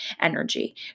energy